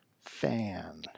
fan